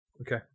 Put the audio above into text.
Okay